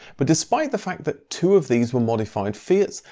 but despite the fact that two of these were modified fiat's,